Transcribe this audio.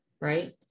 right